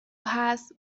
هست